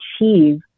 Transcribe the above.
achieve